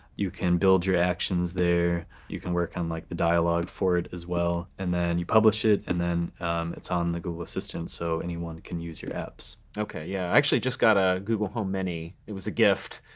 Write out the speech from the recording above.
you can build your actions there. you can work on like the dialogue for it as well. and then you publish it, and then it's on the google assistant so anyone can use your apps. doug stevenson ok, yeah. i actually just got a google home mini. it was a gift.